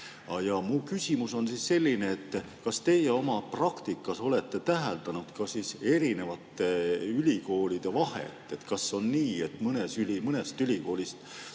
Mu küsimus on selline: kas teie oma praktikas olete täheldanud ka erinevate ülikoolide vahet? Kas on nii, et mõnest ülikoolist